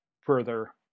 further